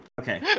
okay